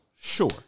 Sure